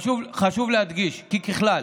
חשוב להדגיש כי ככלל